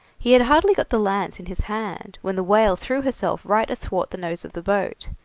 he had hardly got the lance in his hand when the whale threw herself right athwart the nose of the boat.